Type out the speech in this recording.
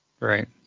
Right